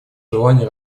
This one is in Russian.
желания